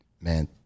Man